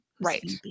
Right